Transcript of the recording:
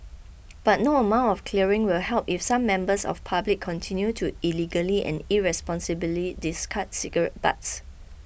but no amount of clearing will help if some members of public continue to illegally and irresponsibly discard cigarette butts